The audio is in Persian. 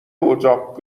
اجاق